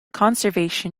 conservation